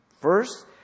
First